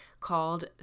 called